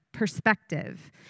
perspective